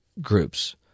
groups